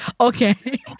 Okay